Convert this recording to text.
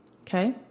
Okay